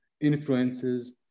influences